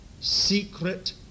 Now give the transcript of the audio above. secret